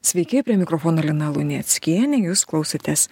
sveiki prie mikrofono lina luneckienė jūs klausotės